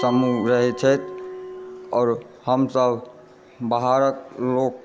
समूह रहै छथि आओर हमसभ बाहरक लोक